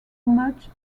much